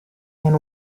and